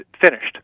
finished